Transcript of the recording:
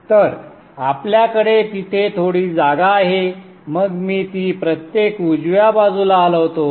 तर आपल्याकडे तिथे थोडी जागा आहे मग मी ती प्रत्येक उजव्या बाजूला हलवतो